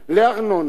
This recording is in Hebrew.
לארנונה,